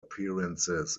appearances